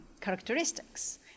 characteristics